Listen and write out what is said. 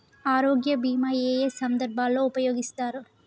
ఆరోగ్య బీమా ఏ ఏ సందర్భంలో ఉపయోగిస్తారు?